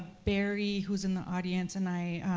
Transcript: barry, who's in the audience, and i,